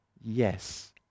yes